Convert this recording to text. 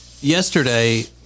yesterday